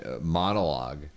monologue